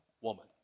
woman